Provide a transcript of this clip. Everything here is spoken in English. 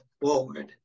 forward